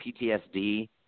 PTSD